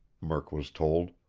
murk was told.